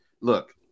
look